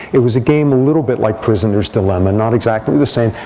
it was a game a little bit like prisoner's dilemma not exactly the same,